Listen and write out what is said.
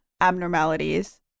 abnormalities